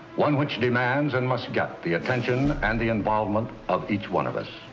one which demands and must get the attention and the involvement of each one of us.